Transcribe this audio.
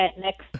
next